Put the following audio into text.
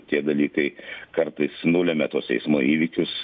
tie dalykai kartais nulemia tuos eismo įvykius